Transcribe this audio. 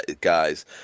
guys